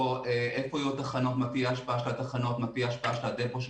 היכן יהיו התחנות ומה תהיה השפעת התחנות של המטרו.